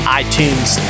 iTunes